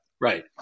Right